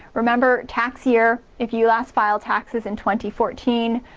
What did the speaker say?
remember tax year if you last filed taxes in twenty fourteen,